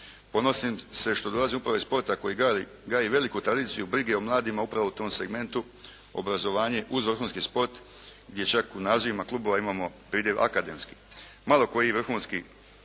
Ponosim se što dolazim upravo iz sporta koji gaji veliku tradiciju brige o mladima upravo u tom segmentu obrazovanje uz vrhunski sport, gdje čak u nazivima klubova imamo pridjev akademski.